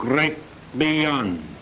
great beyond